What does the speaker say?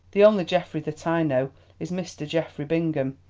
the only geoffrey that i know is mr. geoffrey bingham,